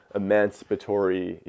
emancipatory